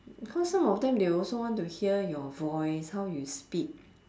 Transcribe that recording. because some of them they also want to hear your voice how you speak